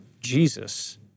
Jesus